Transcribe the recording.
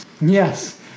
Yes